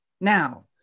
Now